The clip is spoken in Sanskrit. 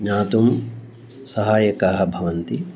ज्ञातुं सहायकाः भवन्ति